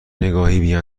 نگاهی